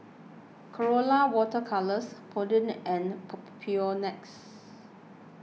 Colora Water Colours Polident and Papulex